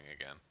again